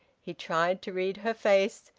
he tried to read her face,